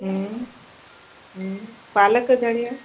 हम्म हम्म पालक घणे आहे